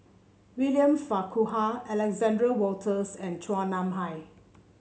William Farquhar Alexander Wolters and Chua Nam Hai